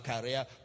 career